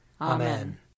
Amen